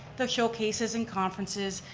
the showcases and conferences,